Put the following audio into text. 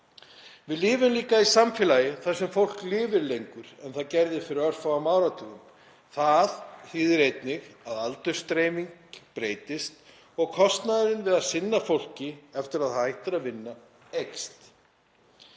Við lifum líka í samfélagi þar sem fólk lifir lengur en það gerði fyrir örfáum áratugum. Það þýðir einnig að aldursdreifing breytist og kostnaðurinn við að sinna fólki eftir að það hættir að vinna eykst.